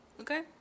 okay